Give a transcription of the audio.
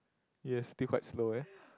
yes still quite slow eh